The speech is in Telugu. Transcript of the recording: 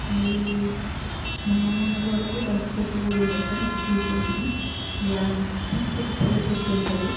మళ్ళీ మొన్న మొన్నటివరకు బంతి చెట్లు కూడ ఉండే కాని ఇప్పుడు తీసేసినాం మళ్ళీ పత్తి గుత్తి పూల చెట్టు ఉంటుంది